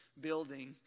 building